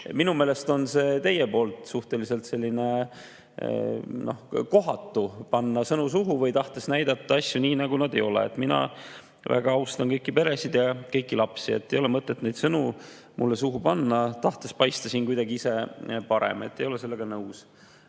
Minu meelest on see teie poolt suhteliselt kohatu, panna sõnu suhu või näidata asju nii, nagu nad ei ole. Mina väga austan kõiki peresid ja kõiki lapsi. Nii et ei ole mõtet neid sõnu mulle suhu panna, tahtes paista ise kuidagi parem. Ma ei ole sellega nõus.